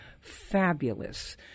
fabulous